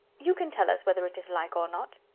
you can tell us whether it is like or not.